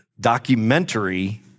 documentary